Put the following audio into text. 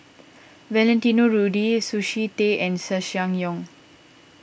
Valentino Rudy Sushi Tei and Ssangyong